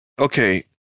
okay